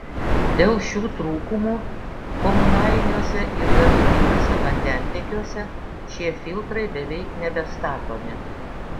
dėl šių trūkumų komunaliniuose ir gamybiniuose vandentiekiuose šie filtrai beveik nebestatomi